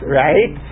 right